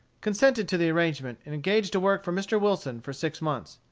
consented to the arrangement, and engaged to work for mr. wilson for six months,